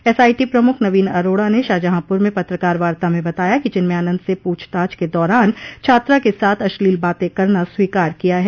SIT प्रमुख नवीन अरोड़ा ने शाहजहांपुर में पत्रकार वार्ता में बताया कि चिन्मयानंद ने पूछताछ के दौरान छात्रा के साथ अश्लील बात करना स्वीकार किया है